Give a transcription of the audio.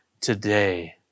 today